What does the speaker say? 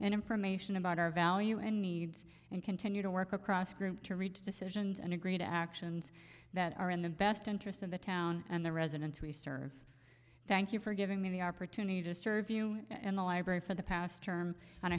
and information about our value and needs and continue to work across group to reach decisions and agree to actions that are in the best interest of the town and the residents we serve thank you for giving me the opportunity to serve you in the library for the past term and